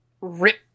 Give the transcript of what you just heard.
rip